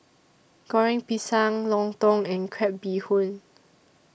Goreng Pisang Lontong and Crab Bee Hoon